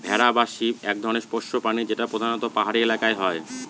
ভেড়া বা শিপ এক ধরনের পোষ্য প্রাণী যেটা প্রধানত পাহাড়ি এলাকায় হয়